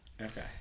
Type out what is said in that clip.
okay